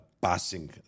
passing